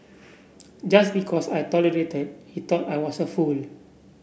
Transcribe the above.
just because I tolerated he thought I was a fool